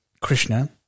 Krishna